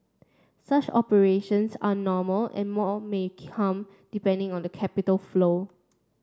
such operations are normal and more may come depending on the capital flow